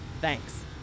Thanks